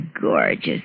gorgeous